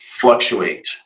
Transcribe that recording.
fluctuate